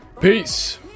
peace